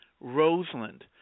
Roseland